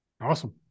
Awesome